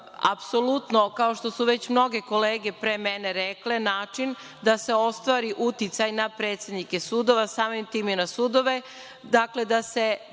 apsolutno, kao što su već mnoge kolege pre mene rekle, način da se ostvari uticaj na predsednike sudova, samim tim i na sudove. Dakle, da se